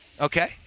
Okay